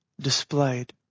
displayed